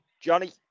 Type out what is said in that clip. Johnny